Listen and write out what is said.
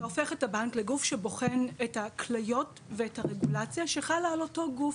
אתה הופך את הבנק לגוף שבוחן את הכליות ואת הרגולציה שחלה על אותו גוף.